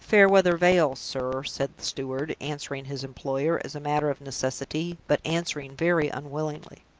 fairweather vale, sir, said the steward, answering his employer, as a matter of necessity, but answering very unwillingly.